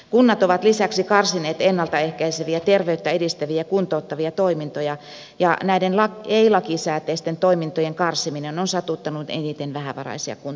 kunnat ovat lisäksi karsineet ennalta ehkäiseviä terveyttä edistäviä kuntouttavia toimintoja ja näiden ei lakisääteisten toimintojen karsiminen on satuttanut eniten vähävaraisia kuntalaisia